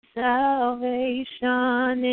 salvation